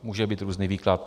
Může být různý výklad.